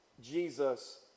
Jesus